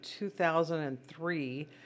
2003